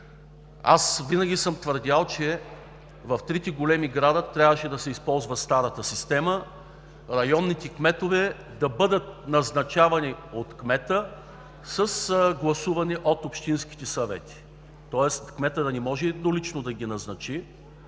Винаги съм твърдял, че в трите големи града трябваше да се използва старата система – районните кметове да бъдат назначавани от кмета с гласуване от общинските съвети, тоест кметът да не може еднолично да ги назначи,